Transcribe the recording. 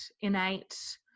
innate